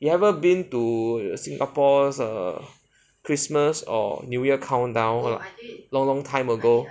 you ever been to singapore's err christmas or new year countdown a long long time ago